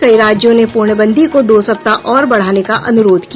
कई राज्यों ने पूर्णबंदी को दो सप्ताह और बढाने का अनुरोध किया